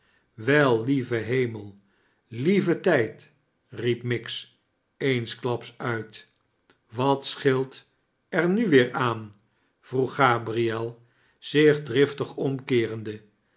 wel lieve hemelt wel lieve tijd riep miggs eensklaps uit swatscheelt er nu weer aan vroeg gabriel zich driftig omkeerende